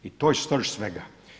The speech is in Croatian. I to je srž svega.